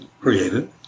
created